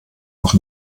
noch